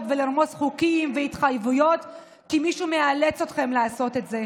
ולרמוס חוקים והתחייבויות כי מישהו מאלץ אתכם לעשות את זה.